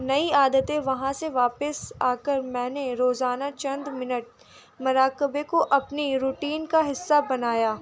نئی عادتیں وہاں سے واپس آ کر میں نے روزانہ چند منٹ مراقبے کو اپنی روٹین کا حصہ بنایا